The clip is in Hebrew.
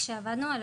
מפקחת על